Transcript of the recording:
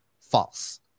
false